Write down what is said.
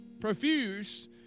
profuse